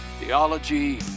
Theology